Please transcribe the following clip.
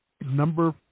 Number